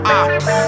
ops